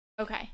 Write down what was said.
okay